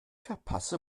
verpasse